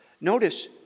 Notice